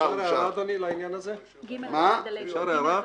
הצבעה בעד הסעיף פה אחד הסעיף אושר.